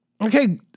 Okay